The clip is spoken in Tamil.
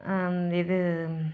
இது